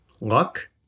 luck